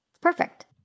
perfect